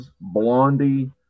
Blondie